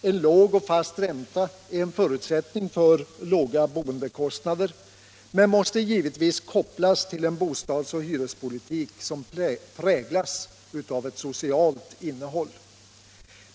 En låg och fast ränta är en förutsättning för låga boendekostnader, men den måste givetvis kopplas till en bostadsoch hyrespolitik som präglas av ett socialt innehåll.